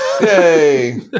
Yay